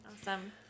Awesome